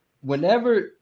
whenever